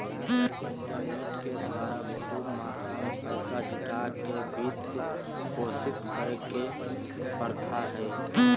internet के द्वारा खूब मात्रा में पैसा जुटा के वित्त पोषित करे के प्रथा हइ